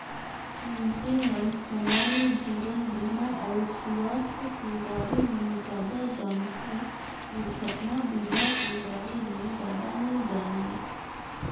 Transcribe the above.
मइनसे मन समान्य जीवन बीमा अउ सुवास्थ के बारे मे जादा जानथें, दुरघटना बीमा के बारे मे जादा नी जानें